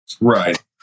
Right